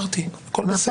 הכול בסדר.